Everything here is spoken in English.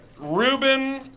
Ruben